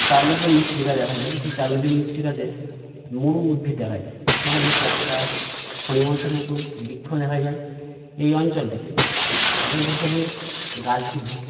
chernozem মৃত্তিকা দেখা যায় সেই চারনোজেম মৃত্তিকাতে মরু উদ্ভিদ দেখা যায় সেখানে ক্যাকটাস ফণীমনসার মতন বৃ্ক্ষ দেখা যায় এই অঞ্চলটিতে সাধারণতভাবে গাছগুলো